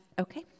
Okay